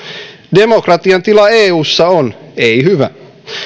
demokratian tila eussa on ei hyvä